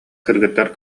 кыргыттар